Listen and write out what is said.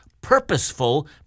purposeful